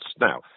Now